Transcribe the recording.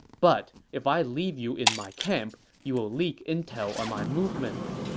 but if i leave you in my camp, you will leak intel on my movements.